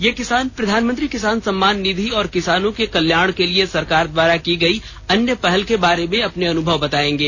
ये किसान प्रधानमंत्री किसान सम्मान निधि और किसानों के कल्याण के लिए सरकार द्वारा की गई अन्य पहल के बारे में अपने अनुभव बताएंगे